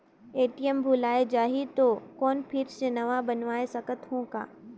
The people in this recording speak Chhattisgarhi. ए.टी.एम भुलाये जाही तो कौन फिर से नवा बनवाय सकत हो का?